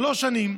שלוש שנים.